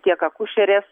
tiek akušerės